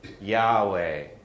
Yahweh